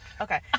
Okay